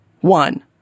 one